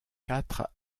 quatre